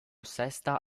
sesta